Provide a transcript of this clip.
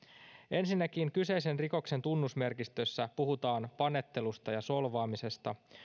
ensinnäkin kyseisen rikoksen tunnusmerkistössä puhutaan panettelusta ja solvaamisesta